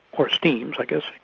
or steams i guess,